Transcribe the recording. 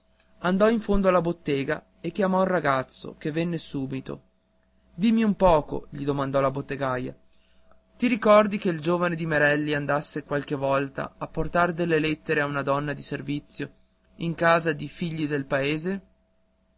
andò in fondo alla bottega e chiamò il ragazzo che venne subito dimmi un poco gli domandò la bottegaia ti ricordi che il giovane di merelli andasse qualche volta a portar delle lettere a una donna di servizio in casa di figli del paese